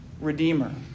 redeemer